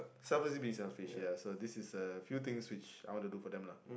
selfless being selfish ya so this is a few things which I want to do for them lah